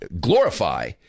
glorify